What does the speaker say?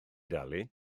dalu